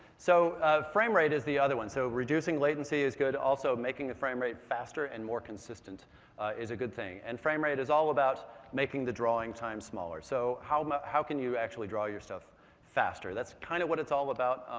so frame rate is the other one. so reducing latency is good. also making the frame rate faster and more consistent is a good thing and frame rate is all about making the drawing time smaller. so how how can you actually draw your stuff faster. that's kind of what it's all about,